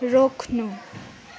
रोक्नु